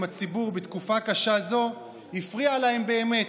הציבור בתקופה קשה זו הפריע להם באמת,